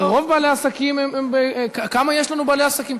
הרי רוב בעלי העסקים, כמה יש לנו בעלי עסקים?